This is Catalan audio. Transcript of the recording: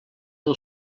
del